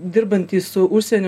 dirbantys su užsieniu